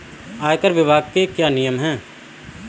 आयकर विभाग के क्या नियम हैं?